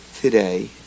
today